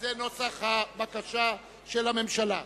וזה נוסח הבקשה של הממשלה,